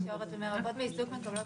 קלינאיות תקשורת ומרפאות בעיסוק מקבלות